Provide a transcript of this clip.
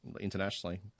internationally